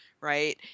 Right